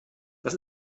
das